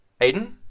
Aiden